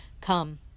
Come